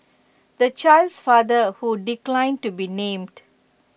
the child's father who declined to be named